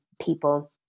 people